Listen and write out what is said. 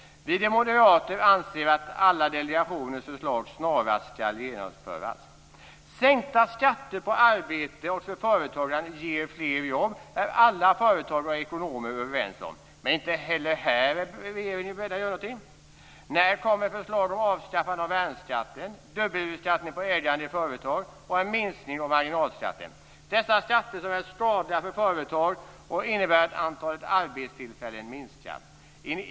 Vi moderater anser att alla delegationens förslag snarast måste genomföras. Att sänkta skatter på arbete och för företagande ger fler jobb är alla företagare och ekonomer överens om. Men inte heller här är regeringen beredd att göra någonting. När kommer förslag om avskaffande av värnskatten, dubbelbeskattningen på ägande i företag och en minskning av marginalskatter? Dessa skatter är skadliga företag och innebär att antalet arbetstillfällen minskar.